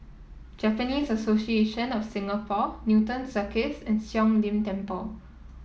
Japanese Association of Singapore Newton Circus and Siong Lim Temple